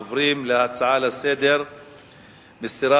עוברים להצעות לסדר-היום מס' 4295 ו-4308: